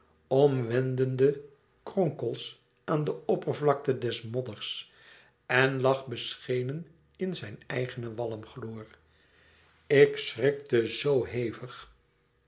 omwendende kronkels aan de oppervlakte des modders en lag beschenen in zijn eigenen walmgloor ik schrikte zoo hevig